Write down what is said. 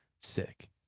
sick